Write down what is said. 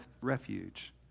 refuge